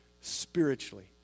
Spiritually